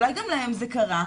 אולי גם להן זה קרה?